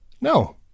No